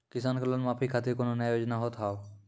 किसान के लोन माफी खातिर कोनो नया योजना होत हाव?